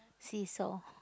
seesaw